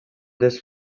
this